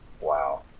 Wow